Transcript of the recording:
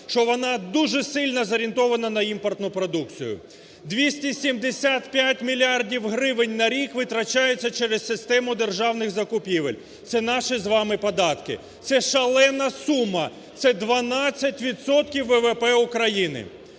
що вона дуже сильно зорієнтована на імпортну продукцію. 275 мільярдів гривень на рік витрачається через систему державних закупівель, це наші з вами податки, це шалена сума, це 12 відсотків ВВП України.